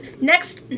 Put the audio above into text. next